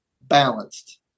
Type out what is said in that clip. balanced